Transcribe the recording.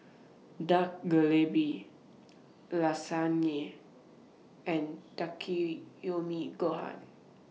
Dak Galbi Lasagne and Takikomi Gohan